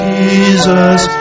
Jesus